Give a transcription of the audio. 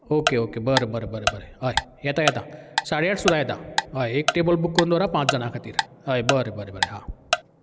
okay okay बरें बरें बरें हय येता येता साडे आठ सुद्दां येता एक टेबल बूक करून दवर हा पांच जाणा खातीर हय बरें बरें बरें हा